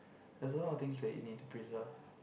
there's a lot of things that you need to preserve